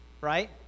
Right